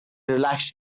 relaxed